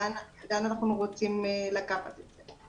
לאן אנחנו רוצים לקחת את זה?